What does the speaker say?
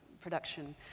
production